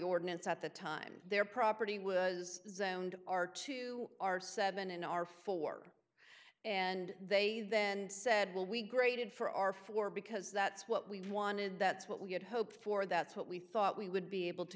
ordinance at the time their property was zoned our two are seven in our four and they then said well we graded for our four because that's what we wanted that's what we had hoped for that's what we thought we would be able to